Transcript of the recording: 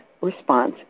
response